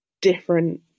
different